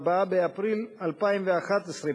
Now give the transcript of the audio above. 4 באפריל 2011,